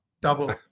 double